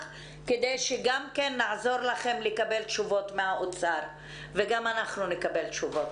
כדי שגם כן נעזור לכם לקבל תשובות מהאוצר וגם אנחנו נקבל תשובות.